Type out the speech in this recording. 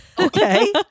Okay